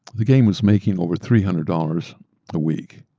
the game was making over three hundred dollars a week.